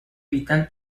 vital